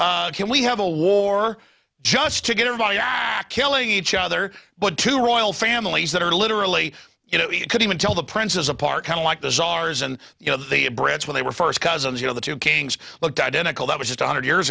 can we have a war just to get on in iraq killing each other but to royal families that are literally you know you could even tell the princes apart kind of like the czars and you know the brits when they were first cousins you know the two kings looked identical that was just a hundred years